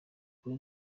kuri